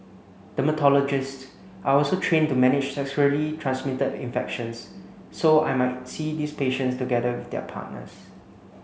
dermatologists are also trained to manage sexually transmitted infections so I might see these patients together with their partners